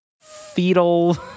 fetal